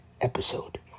episode